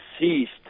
deceased